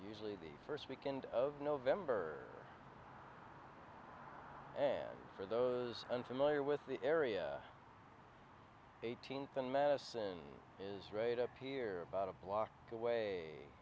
usually the first weekend of november and for those unfamiliar with the area eighteenth and madison is right up here about a block away